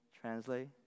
Translate